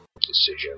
decision